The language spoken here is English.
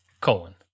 colon